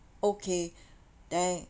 okay then